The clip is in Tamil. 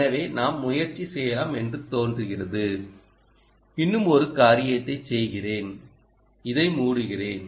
எனவே நாம் முயற்சி செய்யலாம் என்று தோன்றுகிறது இன்னும் ஒரு காரியத்தைச் செய்கிறேன் இதை மூடுகிறேன்